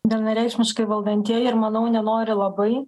vienareikšmiškai valdantieji ir manau nenori labai